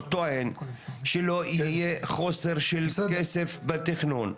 שלא יהיה חוסר של כסף בתכנון.